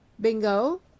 bingo